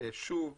שוב